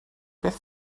beth